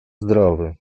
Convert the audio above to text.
zdrowy